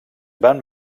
van